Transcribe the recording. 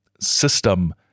system